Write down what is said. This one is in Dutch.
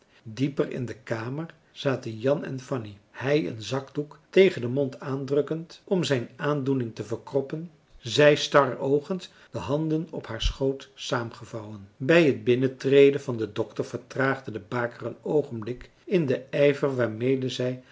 dieper in de kamer zaten jan en fanny hij een zakdoek tegen den mond aandrukkend om zijn aandoening te verkroppen zij staroogend de handen op haar schoot saamgevouwen bij het binnentreden van den dokter vertraagde de baker een oogenblik in den ijver waarmede zij